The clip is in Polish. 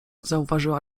zauważyła